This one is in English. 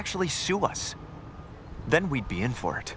actually sue us then we'd be in for